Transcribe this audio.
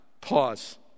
Pause